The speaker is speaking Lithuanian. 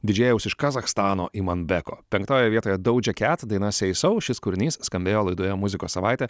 didžėjaus iš kazachstano imambeko penktoje vietoje doja cat daina say so šis kūrinys skambėjo laidoje muzikos savaitė